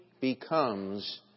becomes